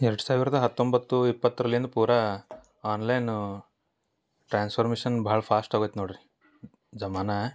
ಎರಡು ಸಾವಿರದ ಹತ್ತೊಂಬತ್ತು ಇಪ್ಪತ್ತರಿಂದ ಪೂರ ಆನ್ಲೈನು ಟ್ರಾನ್ಸ್ಫಾರ್ಮಿಷನ್ ಭಾಳ ಫಾಸ್ಟಾಗೋಯ್ತು ನೋಡಿರಿ ಜಮಾನಾ